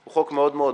הוא חוק מאוד מורכב,